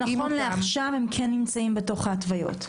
נכון לעכשיו, הם כן נמצאים בהתוויות.